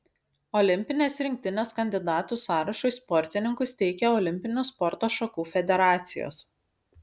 olimpinės rinktinės kandidatų sąrašui sportininkus teikia olimpinių sporto šakų federacijos